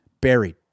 buried